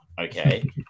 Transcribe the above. okay